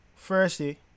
Firstly